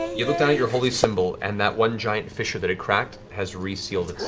you look down at your holy symbol, and that one giant fissure that had cracked has resealed